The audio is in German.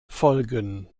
folgen